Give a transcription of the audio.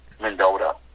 Mendota